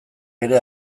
ere